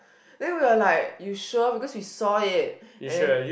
then we were like you sure because we saw it and then